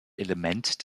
element